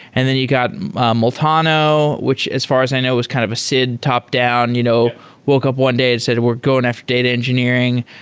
and then you got meltano, which as far as i know is kind of a sid top-down, you know woke up one day and said, we're going after data engineering.